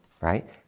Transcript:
right